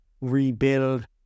rebuild